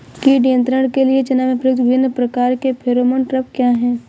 कीट नियंत्रण के लिए चना में प्रयुक्त विभिन्न प्रकार के फेरोमोन ट्रैप क्या है?